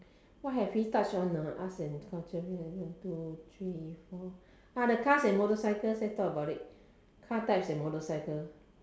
what have we touch on ah arts and culture one two three four ah the cars and motorcycles let's talk about it car types and motorcycle